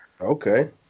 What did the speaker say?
Okay